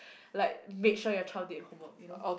like made sure your child did her homework you know